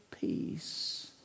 peace